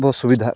ᱵᱚ ᱥᱩᱵᱤᱫᱷᱟᱜ ᱠᱟᱱᱟ